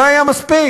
זה היה מספיק